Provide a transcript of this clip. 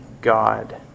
God